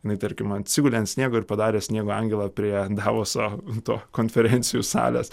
jinai tarkim atsigulė ant sniego ir padarė sniego angelą prie davoso to konferencijų salės